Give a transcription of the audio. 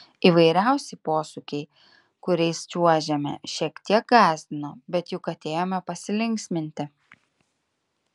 įvairiausi posūkiai kuriais čiuožėme šiek tiek gąsdino bet juk atėjome pasilinksminti